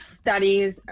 studies